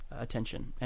attention